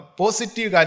positive